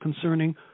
concerning